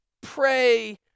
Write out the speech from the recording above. pray